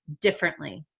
differently